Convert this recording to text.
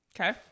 Okay